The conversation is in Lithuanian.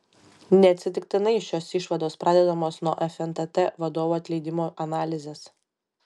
neatsitiktinai šios išvados pradedamos nuo fntt vadovų atleidimo analizės